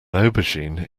aubergine